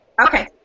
Okay